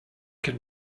can